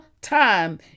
Time